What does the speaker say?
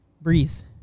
Breeze